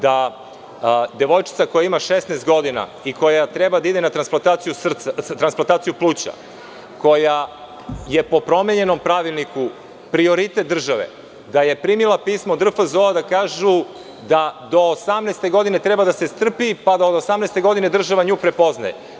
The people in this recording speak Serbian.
Devojčica koja ima 16 godina i koja treba da ide na transplantaciju pluća, koja je po promenjenom pravilniku prioritet države, primila je pismo od RFZO gde kažu da do 18-e godine treba da se strpi, jer od 18-e godine država nju prepoznaje.